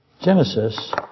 Genesis